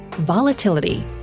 volatility